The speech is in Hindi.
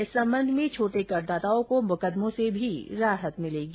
इस संबंध में र्छाटे करदाताओं को मुकदमो से भी राहत मिलेगी